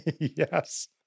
Yes